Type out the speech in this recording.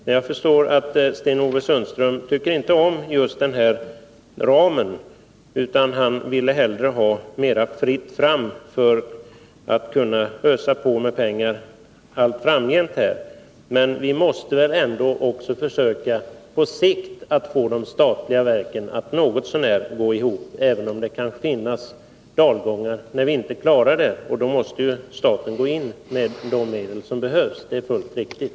Men jag förstår att Sten-Ove Sundström inte tycker om denna ram. Han ville ha mer fritt fram för att kunna ösa på med pengar allt framgent. Men vi måste försöka att få de statliga verken att på sikt något så när gå ihop, även om det kan finnas dalgångar då vi inte klarar det. Då måste staten gå in med de medel som behövs. Det är helt riktigt.